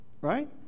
right